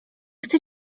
chce